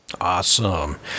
awesome